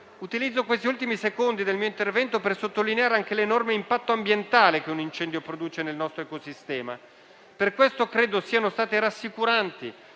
Utilizzo questi ultimi secondi del mio intervento per sottolineare l'enorme impatto ambientale che un incendio produce nel nostro ecosistema. Per questo credo siano state rassicuranti